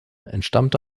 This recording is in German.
entstammte